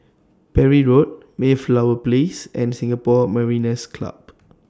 Parry Road Mayflower Place and Singapore Mariners' Club